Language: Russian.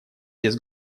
без